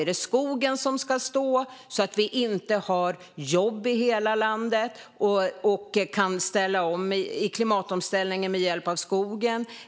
Är det skogen som ska stå, så att vi inte har jobb i hela landet och kan göra klimatomställningen med hjälp av skogen?